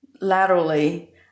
laterally